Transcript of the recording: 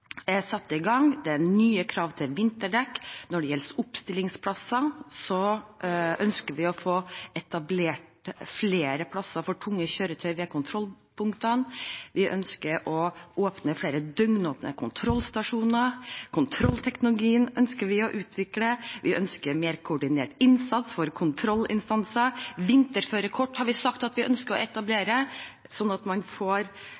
er satt i gang. Det er nye krav til vinterdekk. Når det gjelder oppstillingsplasser, ønsker vi å få etablert flere plasser for tunge kjøretøy ved kontrollpunktene. Vi ønsker å åpne flere døgnåpne kontrollstasjoner, og vi ønsker å utvikle kontrollteknologien. Vi ønsker mer koordinert innsats for kontrollinstanser. Vinterførekort har vi sagt at vi ønsker å etablere, slik at særlig de utenlandske sjåførene får